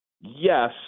yes